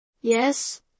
Yes